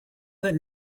that